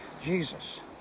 Jesus